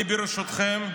ברשותכם,